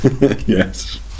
Yes